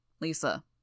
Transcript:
Lisa